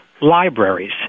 Libraries